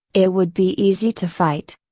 it would be easy to fight.